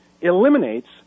eliminates